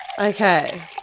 Okay